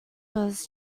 was